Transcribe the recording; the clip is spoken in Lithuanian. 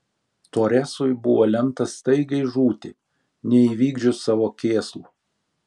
toresui buvo lemta staigiai žūti neįvykdžius savo kėslų